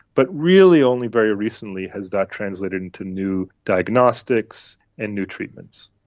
but really only very recently has that translated into new diagnostics and new treatments.